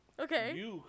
Okay